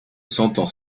sentant